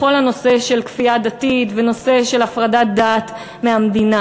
בכל הנושא של כפייה דתית והנושא של הפרדת דת מהמדינה.